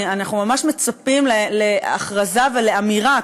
אנחנו ממש מצפים להכרזה ולאמירה,